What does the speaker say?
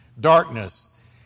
darkness